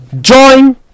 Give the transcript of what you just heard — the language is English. join